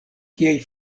kiaj